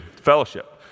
fellowship